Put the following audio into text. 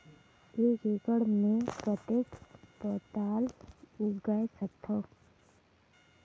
एक एकड़ मे कतेक पताल उगाय सकथव?